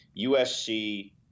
USC